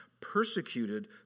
Persecuted